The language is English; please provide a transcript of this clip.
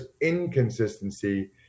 inconsistency